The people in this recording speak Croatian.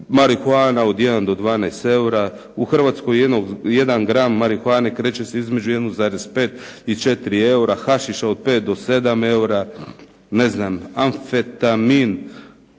marihuana od jedan do 12 eura. U Hrvatskoj jedan gram marihuane kreće se između 1,5 i 4 eura, hašiša od 5 do 7 eura, ne znam amfetamin,